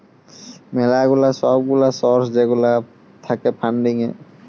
ম্যালা গুলা সব গুলা সর্স যেগুলা থাক্যে ফান্ডিং এ